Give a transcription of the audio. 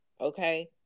Okay